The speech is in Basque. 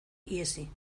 ihesi